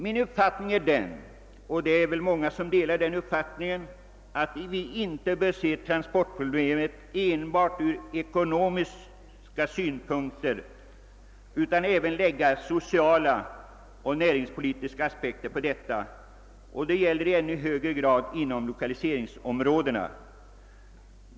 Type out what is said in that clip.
Min uppfattning är — och den delas av många — att vi inte bör se transportproblemet enbart ur ekonomisk synpunkt utan även anlägga sociala och näringspolitiska aspekter på det. Detta gäller i ännu högre grad lokaliseringsområdena.